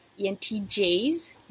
ENTJs